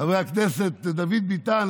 חבר הכנסת דוד ביטן,